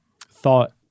thought